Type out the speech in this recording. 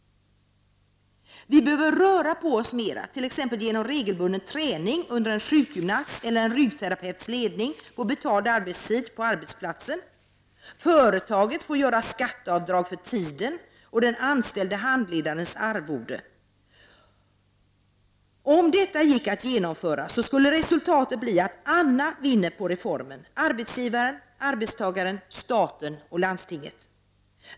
Vi behöver röra oss mera genom t.ex. regelbunden träning under en sjukgymnasts eller en ryggterapeuts ledning på betald arbetstid och på arbetsplatsen. Företaget får göra skatteavdrag för tiden och för den anställde handledarens arvode. Om detta gick att genomföra skulle resultatet bli att alla vinner på reformen; arbetsgivaren, arbetstagaren, staten och landstingen.